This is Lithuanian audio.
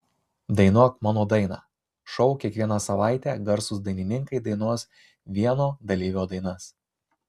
dainuok mano dainą šou kiekvieną savaitę garsūs dainininkai dainuos vieno dalyvio dainas